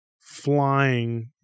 flying